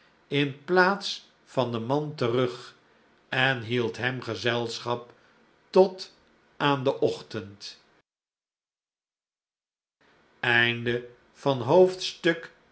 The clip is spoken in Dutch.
in plaats van den man terug en hield hem gezclschap tot aan den ochtend